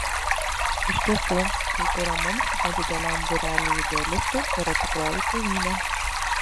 iš tiesų kultūra mums nedideliam būreliui idealistų yra tikroji tėvynė